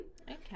Okay